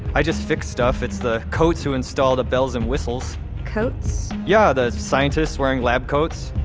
i just fix stuff, it's the coats who install the bells and whistles coats? yeah, the scientists wearing lab coats.